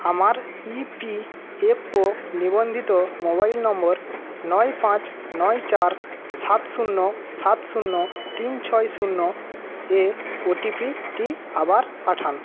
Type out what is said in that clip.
আমার ইপিএফও নিবন্ধিত মোবাইল নম্বর নয় পাঁচ নয় চার সাত শূন্য সাত শূন্য তিন ছয় শূন্য এ ওটিপি টি আবার পাঠান